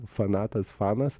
fanatas fanas